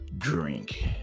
drink